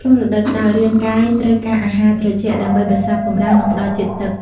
ក្នុងរដូវក្តៅ រាងកាយត្រូវការអាហារត្រជាក់ដើម្បីបន្សាបកម្ដៅ និងផ្តល់ជាតិទឹក។